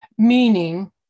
meaning